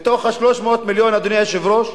מתוך 300 מיליון, אדוני היושב-ראש?